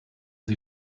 sie